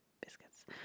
biscuits